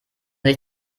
sich